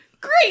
Great